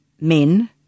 men